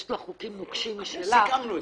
יש לה חוקים נוקשים משלה,